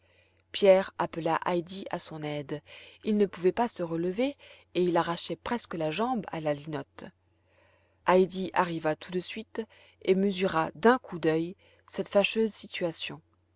pierre appela heidi à son aide il ne pouvait pas se relever et il arrachait presque la jambe à la linotte heidi arriva tout de suite et mesura d'un coup d'œil cette fâcheuse situation